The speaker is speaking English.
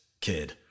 kid